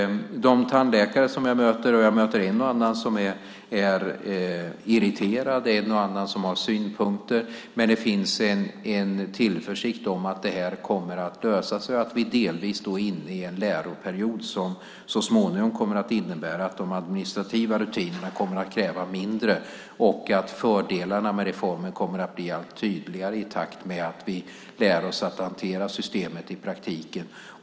När jag möter tandläkare är en och annan irriterad, och en och annan har synpunkter. Men det finns en tillförsikt om att det här kommer att lösa sig och att vi delvis är inne i en läroperiod som innebär att de administrativa rutinerna så småningom kommer att kräva mindre och att fördelarna med reformen kommer att bli allt tydligare i takt med att vi lär oss att hantera systemet i praktiken.